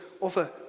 offer